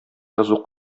язу